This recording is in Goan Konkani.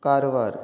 कारवार